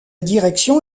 direction